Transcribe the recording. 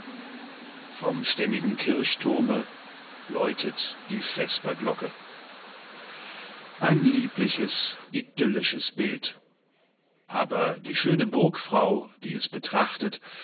vom stämmigen kirchturme läutet die vesperglocke ein liebliches idyllisches bild aber die schöne burgfrau die es betrachtet